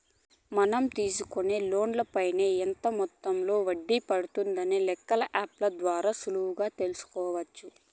మనం తీసుకునే లోన్ పైన ఎంత మొత్తంలో వడ్డీ పడుతుందనే లెక్కలు యాప్ ల ద్వారా సులువుగా తెల్సుకోవచ్చు